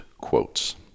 quotes